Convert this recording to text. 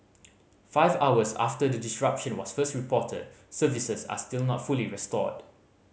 five hours after the disruption was first reported services are still not fully restored